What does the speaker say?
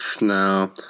No